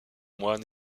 mois